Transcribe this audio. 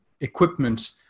equipment